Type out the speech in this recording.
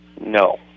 No